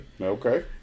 Okay